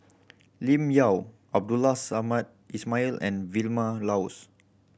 Lim Yau Abdul Samad Ismail and Vilma Laus